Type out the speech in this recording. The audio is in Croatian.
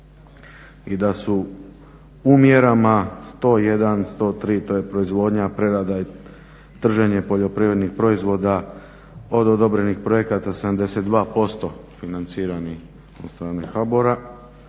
i da su u mjerama 101., 103. to je proizvodnja, prerada i trženje poljoprivrednih proizvoda od odobrenih projekata 72% financiranih od strane HBOR-a,